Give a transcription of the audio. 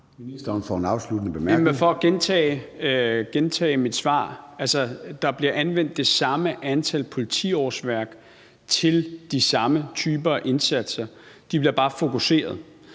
For at gentage mit svar vil jeg sige, at der bliver anvendt det samme antal politiårsværk til de samme typer indsatser, men de bliver bare fokuseret.